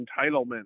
entitlement